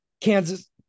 Kansas